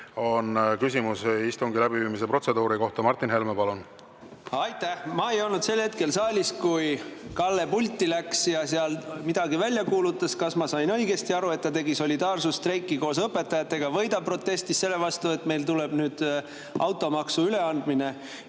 on küsimus istungi läbiviimise protseduuri kohta. Martin Helme, palun! Aitäh! Ma ei olnud sel hetkel saalis, kui Kalle pulti läks ja seal midagi välja kuulutas. Kas ma sain õigesti aru, et ta tegi solidaarsusstreiki õpetajate [toetuseks], või ta protestis selle vastu, et meil tuleb nüüd automaksu üleandmine?